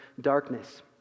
darkness